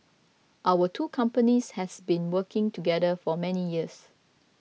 our two companies has been working together for many years